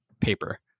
paper